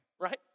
right